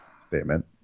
statement